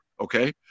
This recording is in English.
okay